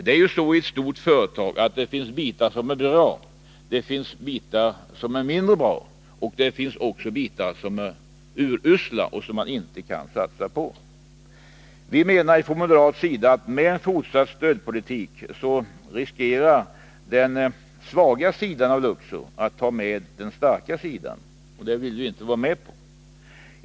Det är ju så i ett stort företag att det finns bitar som är bra, det är bitar som är mindre bra och det finns bitar som är urusla och som man inte kan satsa på. Vi menar från moderat sida att med en fortsatt stödpolitik riskerar man att den svaga sidan av Luxor drar med sig den starka sidan — och det vill vi inte vara med på.